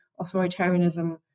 authoritarianism